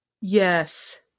Yes